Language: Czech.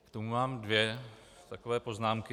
K tomu mám dvě takové poznámky.